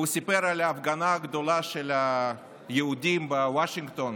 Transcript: והוא סיפר על ההפגנה הגדולה של היהודים בוושינגטון